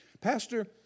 Pastor